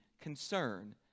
concern